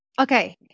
Okay